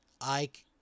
Ike